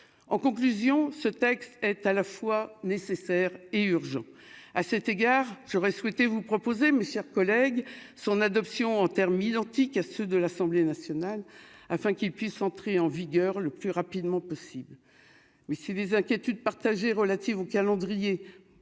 en conclusion, ce texte est à la fois nécessaire et urgent à cet égard, j'aurais souhaité vous proposer mes chers collègues, son adoption en termes identiques à ceux de l'Assemblée nationale, afin qu'il puisse entrer en vigueur le plus rapidement possible, mais si les inquiétudes partagées relatives au calendrier,